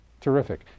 terrific